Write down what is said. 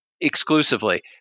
exclusively